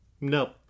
Nope